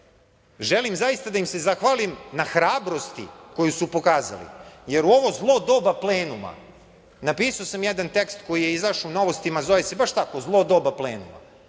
želim zaista da im se zahvalim na hrabrosti koju su pokazali, jer u ovo zlo doba plenuma, napisao sam jedan tekst koji je izašao u Novostima, zove se baš tako „Zlo doba plenuma“.